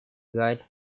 guide